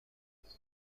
مناسب